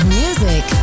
music